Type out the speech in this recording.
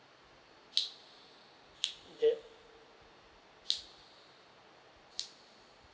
okay